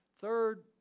third